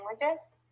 languages